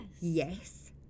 Yes